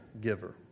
giver